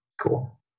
cool